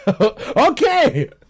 Okay